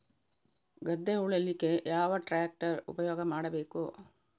ಗದ್ದೆ ಉಳಲಿಕ್ಕೆ ಯಾವ ಟ್ರ್ಯಾಕ್ಟರ್ ಉಪಯೋಗ ಮಾಡಬೇಕು?